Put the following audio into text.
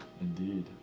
Indeed